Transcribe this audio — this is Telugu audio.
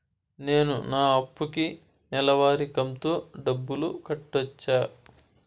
నేను నా అప్పుకి నెలవారి కంతు డబ్బులు కట్టొచ్చా?